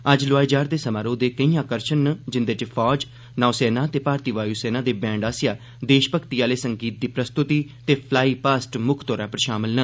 अज्ज लोआए जा'रदे समारोह दे केई आकर्षण न जिंदे च फौज नौसेना ते भारती वायु सेना दे बैंडें आसेआ देशमक्ति आह्ले संगीत दी प्रस्तुति ते पलाई पास्ट मुक्ख तौर पर शामिल न